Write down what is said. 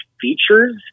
features